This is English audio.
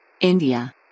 India